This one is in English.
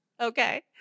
Okay